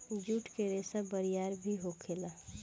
जुट के रेसा बरियार भी होखेला